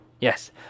Yes